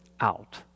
out